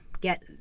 get